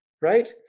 right